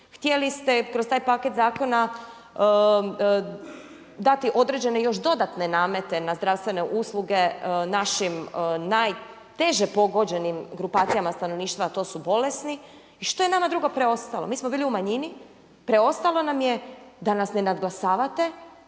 htjeli ste kroz taj paket zakona dati određene još dodatne namete na zdravstvene usluge našim najteže pogođenim grupacijama stanovništva a to su bolesni. I što je nama drugo preostalo, mi smo bili u manjini? Preostalo nam je da nas ne nadglasavate,